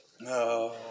No